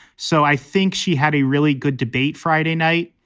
so i think she had a really good debate friday night.